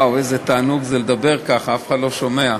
וואו, איזה תענוג זה לדבר ככה, אף אחד לא שומע.